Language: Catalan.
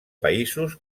països